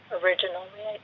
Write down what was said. originally